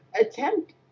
attempt